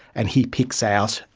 and he picks out,